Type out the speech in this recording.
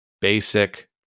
basic